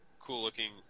cool-looking